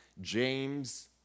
James